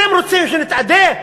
אתם רוצים שנתאדה?